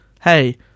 Hey